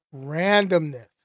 randomness